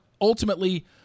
ultimately